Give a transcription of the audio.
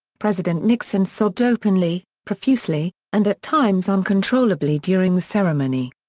president nixon sobbed openly, profusely, and at times uncontrollably during the ceremony.